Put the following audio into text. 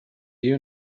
you